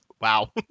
Wow